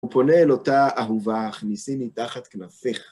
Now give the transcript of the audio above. הוא פונה אל אותה אהובה הכניסיני תחת כנפך.